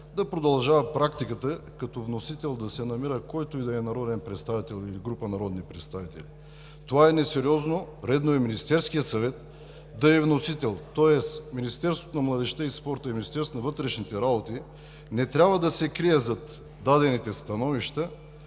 да продължава практиката като вносител да се намира, който и да е народен представител или група народни представители. Това е несериозно! Редно е Министерският съвет да е вносител, тоест Министерството на младежта и спорта и Министерството на вътрешните работи не трябва да се крият зад дадените становища,